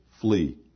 flee